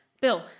Bill